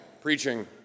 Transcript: preaching